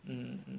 mm mm mm